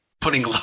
putting